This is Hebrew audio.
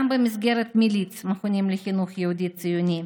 גם במסגרת מלי"ץ, מכונים לחינוך יהודי ציוני,